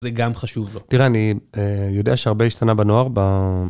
זה גם חשוב לו. תראה, אני יודע שהרבה השתנה בנוער ב...